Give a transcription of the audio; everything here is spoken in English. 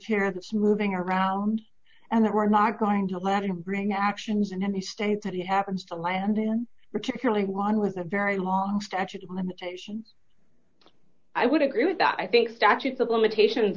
parents moving around and that we're not going to let him bring actions and then the state that he happens to land in particularly one was a very long statute of limitation i would agree with that i think statutes of limitations